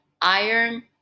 iron